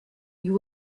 you